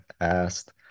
asked